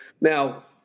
Now